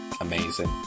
amazing